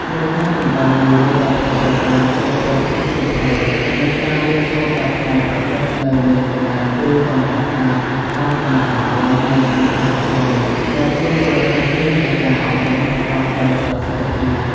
មូលហេតុចម្បងមួយដែលធ្វើឱ្យការចូលប្រើប្រាស់សៀវភៅ និងការរៀនសូត្របែបច្នៃប្រឌិតនៅមានកម្រិត គឺ កង្វះខាតហេដ្ឋារចនាសម្ព័ន្ធ និងធនធានអប់រំ ដែលជាមូលដ្ឋានគ្រឹះនៃការអប់រំប្រកបដោយប្រសិទ្ធភាព។